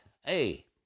hey